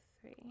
three